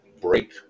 Break